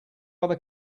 other